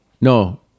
No